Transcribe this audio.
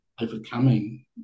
overcoming